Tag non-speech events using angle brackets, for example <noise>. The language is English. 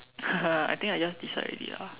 <laughs> I think I just decide already lah